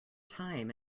time